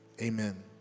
Amen